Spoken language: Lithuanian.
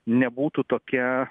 nebūtų tokia